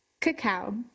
Cacao